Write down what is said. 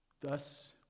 Thus